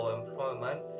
employment